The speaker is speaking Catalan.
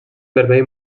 vermell